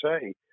say